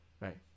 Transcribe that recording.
Right